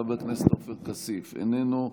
חבר הכנסת עופר כסיף איננו,